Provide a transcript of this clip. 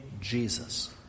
Jesus